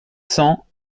cents